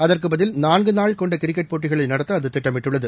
அதற்குப் பதில் நான்குநாள் கொண்ட கிரிக்கெட் போட்டிகளை நடத்த அது திட்டமிட்டுள்ளது